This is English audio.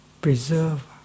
preserve